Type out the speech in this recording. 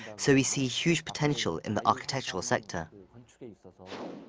so we see huge potential in the architectural sector. but